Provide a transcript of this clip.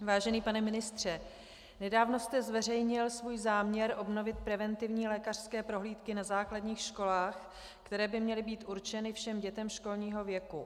Vážený pane ministře, nedávno jste zveřejnil svůj záměr obnovit preventivní lékařské prohlídky na základních školách, které by měly být určeny všem dětem školního věku.